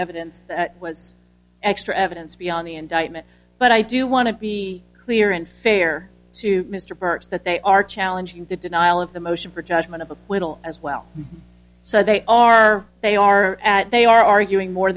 evidence that was extra evidence beyond the indictment but i do want to be clear and fair to mr parks that they are challenging the denial of the motion for judgment of acquittal as well so they are they are they are arguing more